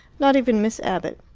not even miss abbott.